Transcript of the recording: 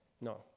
No